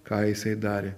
ką jisai darė